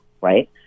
right